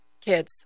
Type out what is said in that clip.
kids